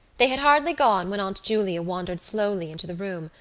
they had hardly gone when aunt julia wandered slowly into the room,